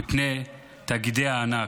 מפני תאגידי הענק,